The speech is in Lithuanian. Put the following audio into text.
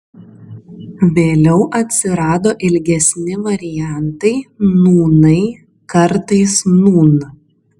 vėliau atsirado ilgesni variantai nūnai kartais nūn